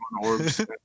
orbs